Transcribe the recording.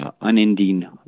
unending